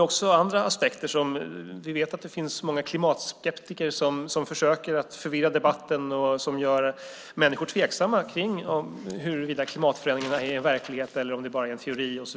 Vi vet att det finns många klimatskeptiker som försöker förvirra debatten vilket gör människor tveksamma när det gäller om klimatförändringarna är verklighet eller om de bara är teori.